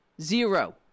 Zero